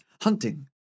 hunting